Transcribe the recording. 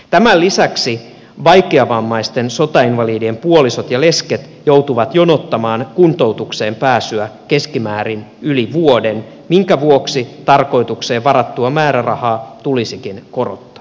tämän lisäksi vaikeavammaisten sotainvalidien puolisot ja lesket joutuvat jonottamaan kuntoutukseen pääsyä keskimäärin yli vuoden minkä vuoksi tarkoitukseen varattua määrärahaa tulisikin korottaa